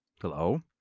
Hello